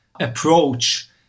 approach